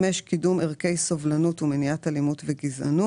להעביר סכומים בין יתרת ההכנסות לבין התשלומים לזוכים,